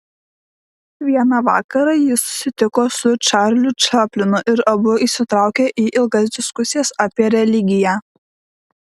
vieną vakarą jis susitiko su čarliu čaplinu ir abu įsitraukė į ilgas diskusijas apie religiją